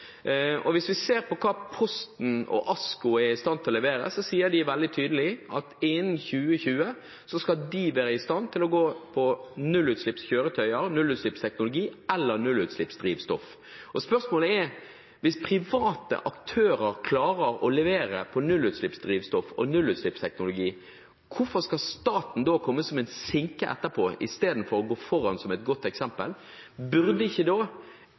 Hvis vi ser på hva Posten og ASKO er i stand til å levere, sier de veldig tydelig at innen 2020 skal de være i stand til å ha nullutslippskjøretøyer, nullutslippsteknologi eller nullutslippsdrivstoff. Spørsmålet er: Hvis private aktører klarer å levere når det gjelder nullutslippsdrivstoff og nullutslippsteknologi, hvorfor skal staten da komme som en sinke etterpå, istedenfor å gå foran som et godt eksempel?